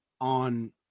on